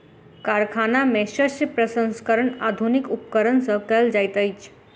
कारखाना में शस्य प्रसंस्करण आधुनिक उपकरण सॅ कयल जाइत अछि